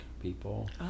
people